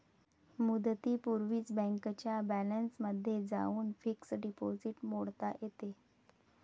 मुदतीपूर्वीच बँकेच्या बॅलन्समध्ये जाऊन फिक्स्ड डिपॉझिट मोडता येते